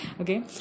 okay